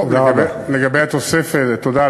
לגבי התוספת, תודה רבה.